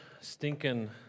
stinking